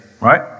right